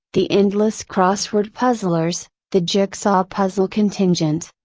the endless crossword puzzlers, the jigsaw puzzle contingent.